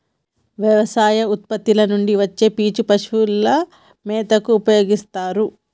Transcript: వ్యవసాయ ఉత్పత్తుల నుండి వచ్చే పీచు పశువుల మేతగా ఉపయోస్తారు